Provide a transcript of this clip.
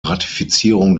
ratifizierung